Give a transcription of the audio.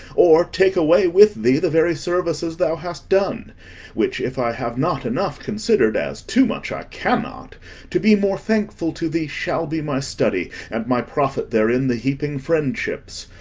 or take away with thee the very services thou hast done which if i have not enough considered as too much i cannot to be more thankful to thee shall be my study and my profit therein the heaping friendships.